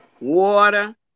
Water